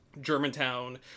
Germantown